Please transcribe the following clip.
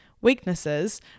weaknesses